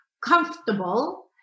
comfortable